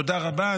תודה רבה.